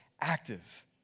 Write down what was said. active